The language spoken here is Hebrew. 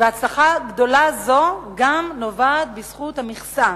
והצלחה גדולה זו היא גם בזכות המכסה.